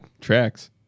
tracks